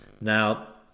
Now